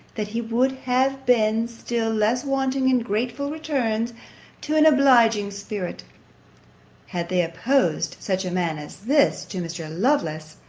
that he would have been still less wanting in grateful returns to an obliging spirit had they opposed such a man as this to mr. lovelace,